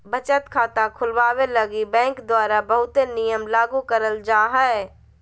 बचत खाता खुलवावे लगी बैंक द्वारा बहुते नियम लागू करल जा हय